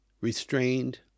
restrained